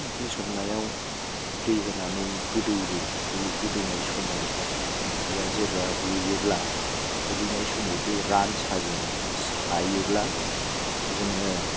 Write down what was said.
ओंख्रि संनायाव दै होनानै गोदौओ बे गोदौनाय समाव ओंख्रिआ जेब्ला रुयोब्ला रुयनाय समाव बे रानसाजों सायोब्ला जोङो